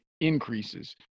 increases